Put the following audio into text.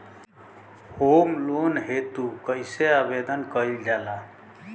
Home loan हेतु कइसे आवेदन कइल जाला?